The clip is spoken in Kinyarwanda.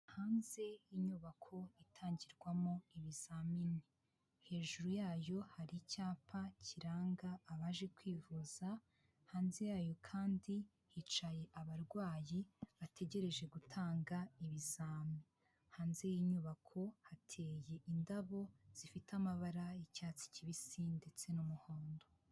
Hanze inyubako itangirwamo ibizamini. Hejuru yayo hari icyapa kiranga abaje kwivuza, hanze yayo kandi hicaye abarwayi bategereje gutanga ibizami, hanze yinyubako hateye indabo zifite amabara y'icyatsi kibisi ndetse n'umuhondo.